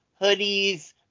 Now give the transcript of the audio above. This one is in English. hoodies